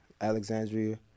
Alexandria